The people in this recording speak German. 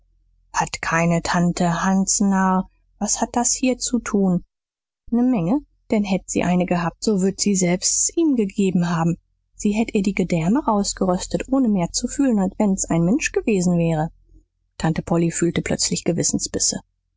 hat keine tante hansnarr was hat das hier zu tun ne menge denn hätt sie eine gehabt so würd sie selbst s ihm gegeben haben sie hätt ihr die gedärme rausgeröstet ohne mehr zu fühlen als wenn's ein mensch gewesen wäre tante polly fühlte plötzlich gewissensbisse